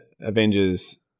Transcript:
Avengers